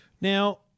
Now